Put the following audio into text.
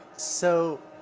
so